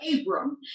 Abram